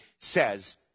says